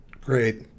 Great